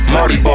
Marty